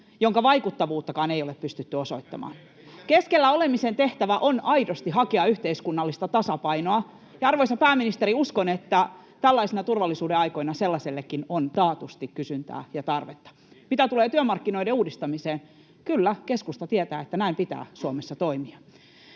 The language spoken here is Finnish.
jonka vaikuttavuuttakaan ei ole pystytty osoittamaan. [Oikealta: Mikäs teille käy?] Keskellä olemisen tehtävä on aidosti hakea yhteiskunnallista tasapainoa, ja uskon, arvoisa pääministeri, että tällaisina turvallisuuden aikoina sellaisellekin on taatusti kysyntää ja tarvetta. Mitä tulee työmarkkinoiden uudistamiseen, niin kyllä, keskusta tietää, että näin pitää Suomessa toimia.